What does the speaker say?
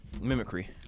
mimicry